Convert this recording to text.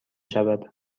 شود